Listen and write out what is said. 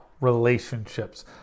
relationships